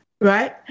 right